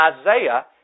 Isaiah